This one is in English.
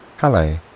Hello